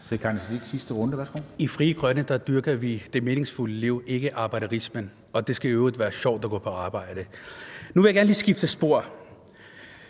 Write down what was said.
I Frie Grønne dyrker vi det meningsfulde liv, ikke arbejderismen – og det skal i øvrigt være sjovt at gå på arbejde. Nu vil jeg gerne lige skifte spor.